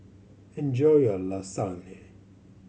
enjoy your Lasagne